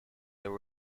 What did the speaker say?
there